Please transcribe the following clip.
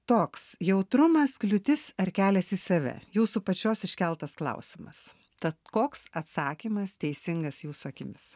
toks jautrumas kliūtis ar kelias į save jūsų pačios iškeltas klausimas tad koks atsakymas teisingas jūsų akimis